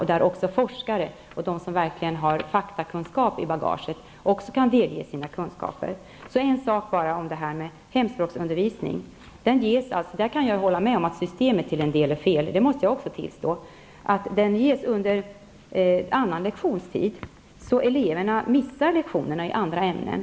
Där kan också forskare och de som verkligen har fakta i bagaget delge oss sina kunskaper. Jag kan också tillstå att systemet för hemspråksundervisningen till en del är felaktigt. Undervisningen ges under annan lektionstid, så eleverna missar lektioner i andra ämnen.